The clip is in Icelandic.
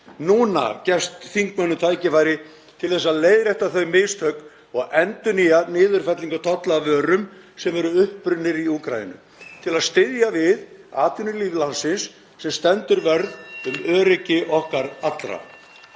Núna gefst þingmönnum tækifæri til að leiðrétta þau mistök og endurnýja niðurfellingu tolla af vörum sem eru upprunnar í Úkraínu til að styðja við atvinnulíf landsins sem stendur vörð um öryggi okkar allra.